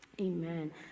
Amen